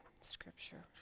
scripture